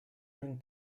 during